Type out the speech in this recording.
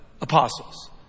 apostles